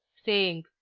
saying,